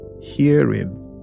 hearing